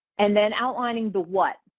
and then outlining the what,